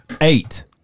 Eight